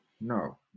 No